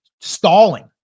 stalling